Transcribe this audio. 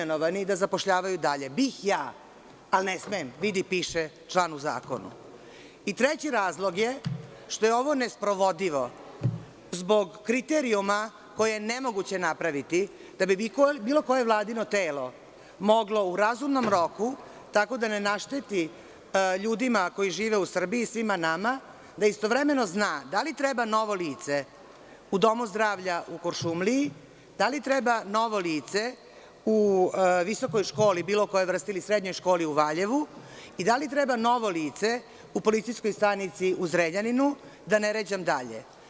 Treći razlog je što je ovo nesprovodljivo zbog kriterijuma koje je nemoguće napraviti da bi bilo koje Vladino telo moglo u razumnom roku tako da nenašteti ljudima koji žive u Srbiji, svima nama, da istovremeno zna da li treba novo lice u Domu zdravlja u Kuršumliji, da li treba novo lice u visokoj školi bilo koje vrste ili srednjoj školi u Valjevu i da li treba novo lice u policijskoj stanici u Zrenjaninu, da ne ređam dalje.